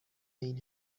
این